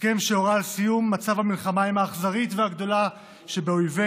הסכם שהורה על סיום מצב המלחמה עם האכזרית והגדולה שבאויבותינו,